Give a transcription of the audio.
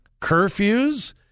curfews